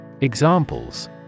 Examples